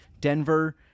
Denver